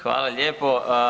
Hvala lijepo.